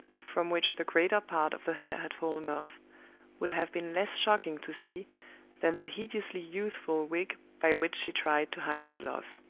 from which the greater part of the hair had fallen off would have been less shocking to see than the hideously youthful wig by which she tried to hide the loss.